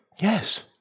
Yes